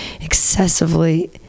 excessively